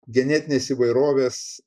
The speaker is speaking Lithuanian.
genetinės įvairovės